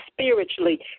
spiritually